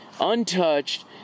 untouched